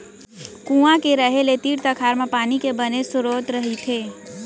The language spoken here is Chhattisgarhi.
कुँआ के रहें ले तीर तखार म पानी के बने सरोत रहिथे